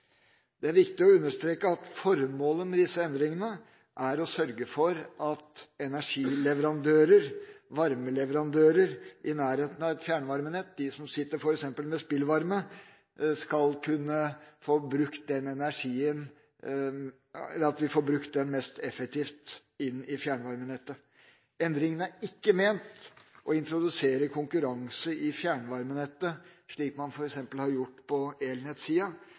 Det er viktig å understreke at formålet med disse endringene er å sørge for at energileverandører, varmeleverandører i nærheten av et fjernvarmenett – de som f.eks. sitter med spillvarme – skal kunne få bruke energien mest mulig effektivt inn i fjernvarmenettet. Endringene er ikke ment for å introdusere konkurranse i fjernvarmenettet, slik man f.eks. har gjort på